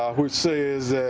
ah which says,